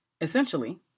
essentially